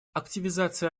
активизация